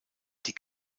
die